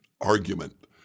argument